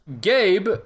Gabe